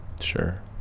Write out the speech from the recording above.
Sure